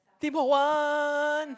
claypot one